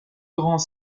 grands